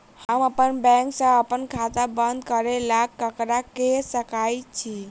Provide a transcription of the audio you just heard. हम अप्पन बैंक सऽ अप्पन खाता बंद करै ला ककरा केह सकाई छी?